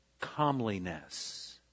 comeliness